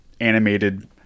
animated